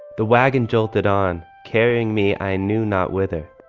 the wagon jolted on carrying me, i knew not whither.